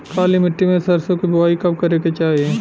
काली मिट्टी में सरसों के बुआई कब करे के चाही?